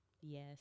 Yes